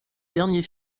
derniers